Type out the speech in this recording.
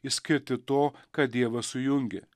išskirti to ką dievas sujungė